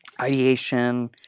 ideation